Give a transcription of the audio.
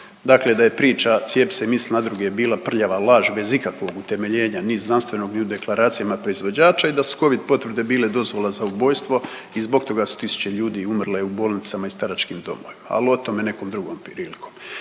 Dakle, da je priča Cijepi se, misli na druge bila prljava laž bez ikakvog utemeljenja ni znanstvenog ni u deklaracijama proizvođača i da su Covid potvrde bile dozvola za ubojstvo i zbog toga su tisuće ljudi umrle i u bolnicama i staračkim domovima, ali o tome nekom drugom prilikom.